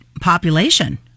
population